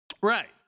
Right